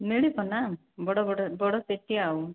ମିଳିବ ନା ବଡ଼ ବଡ଼ ବଡ଼ ପେଟି ଆଉ